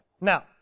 Now